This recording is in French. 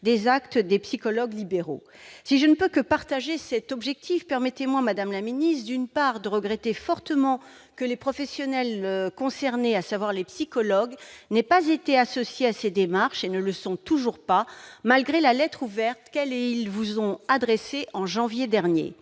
des actes des psychologues libéraux. Si je ne peux que partager cet objectif, permettez-moi, d'une part, de regretter fortement que les professionnels concernés, à savoir les psychologues, n'aient pas été associés à ces démarches et ne le soient toujours pas, malgré la lettre ouverte qu'ils vous ont adressée en janvier dernier,